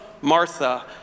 Martha